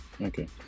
okay